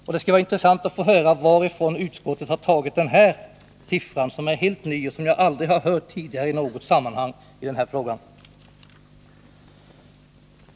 Det skulle vara intressant att få höra var utskottet har hämtat sina siffror, som är helt nya och som jag aldrig har hört tidigare i något sammanhang i den här frågan.